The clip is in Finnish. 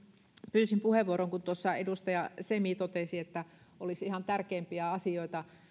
pyysin puheenvuoron kun tuossa edustaja semi totesi että olisi ihan tärkeimpiä asioita